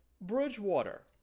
Bridgewater